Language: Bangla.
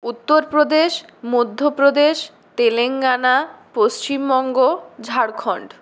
উত্তরপ্রদেশ মধ্যপ্রদেশ তেলেঙ্গানা পশ্চিমবঙ্গ ঝাড়খন্ড